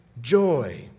joy